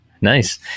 Nice